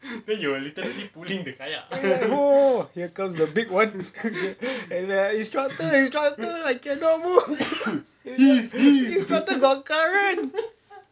oh here comes the big one and uh instructor instructor I cannot move instructor got current